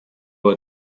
were